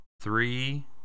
three